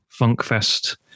Funkfest